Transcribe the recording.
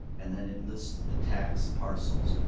and then it lists the tax parcels.